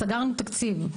סגרנו תקציב.